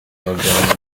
babyarana